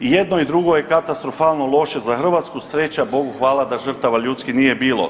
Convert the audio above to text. I jedno i drugo je katastrofalno loše za Hrvatsku, sreća, Bogu hvala da žrtava ljudskih nije bilo.